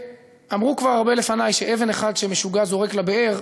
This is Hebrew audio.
ואמרו כבר הרבה לפני שאבן אחת שמשוגע זורק לבאר,